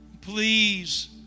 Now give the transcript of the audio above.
Please